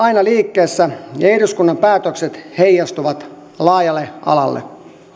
aina liikkeessä ja ja eduskunnan päätökset heijastuvat laajalle alalle